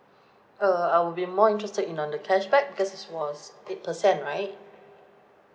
err I will be more interested in on the cashback because it was eight percent right